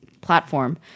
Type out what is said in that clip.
platform